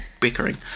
bickering